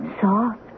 Soft